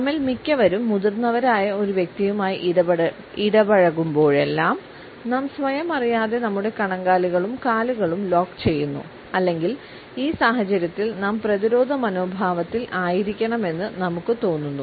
നമ്മിൽ മിക്കവരും മുതിർന്നവരായ ഒരു വ്യക്തിയുമായി ഇടപഴകുമ്പോഴെല്ലാം നാം സ്വയം അറിയാതെ നമ്മുടെ കണങ്കാലുകളും കാലുകളും ലോക്ക് ചെയ്യുന്നു അല്ലെങ്കിൽ ഈ സാഹചര്യത്തിൽ നാം പ്രതിരോധ മനോഭാവത്തിൽ ആയിരിക്കണമെന്ന് നമുക്ക് തോന്നുന്നു